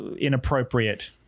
inappropriate